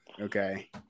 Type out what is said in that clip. Okay